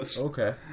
Okay